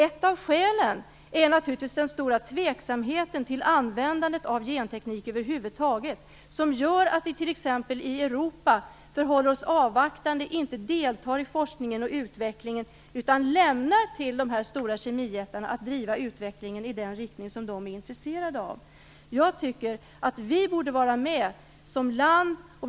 Ett av skälen är naturligtvis den stora tveksamheten till användandet av genteknik över huvud taget, som gör att t.ex. vi i Europa förhåller oss avvaktande, inte deltar i forskningen och utvecklingen, utan lämnar till de här stora kemijättarna att driva utvecklingen i den riktning som de är intresserade av. Jag tycker att vi, som land, borde vara med.